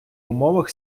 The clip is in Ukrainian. умовах